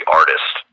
artist